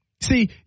See